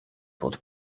pod